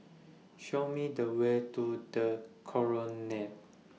Show Me The Way to The Colonnade